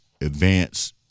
advance